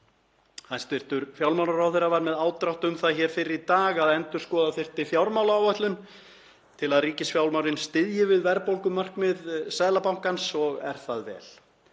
Hæstv. fjármálaráðherra var með ádrátt um það hér fyrr í dag að endurskoða þyrfti fjármálaáætlun til að ríkisfjármálin styðji við verðbólgumarkmið Seðlabankans og er það vel.